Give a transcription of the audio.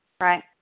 right